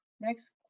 Next